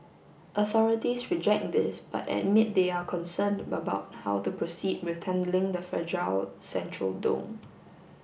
authorities reject this but admit they are concerned about how to proceed with handling the fragile central dome